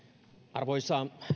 arvoisa